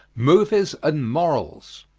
movies and morals.